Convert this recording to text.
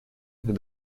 était